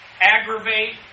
aggravate